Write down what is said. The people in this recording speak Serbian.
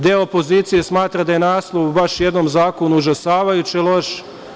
Deo opozicije smatra da je naslov baš u jednom zakonu užasavajuće loš.